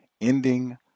ending